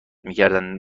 میکردند